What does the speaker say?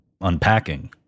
unpacking